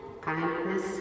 kindness